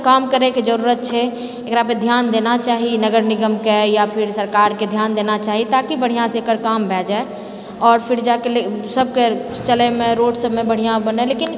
काम करैके जरुरत छै एकरा पे ध्यान देना चाही नगर निगमके या फेर सरकारके ध्यान देना चाही ताकि बढ़िआँसँ एकर काम भए जाय आओर फिर जाएके सबके चलैमे रोड सबमे बढ़िआँ बनै लेकिन